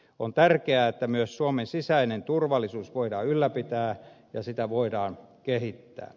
on tärkeää että myös suomen sisäistä turvallisuutta voidaan ylläpitää ja sitä voidaan kehittää